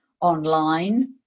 online